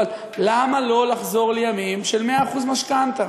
אבל למה לא לחזור לימים של 100% משכנתה?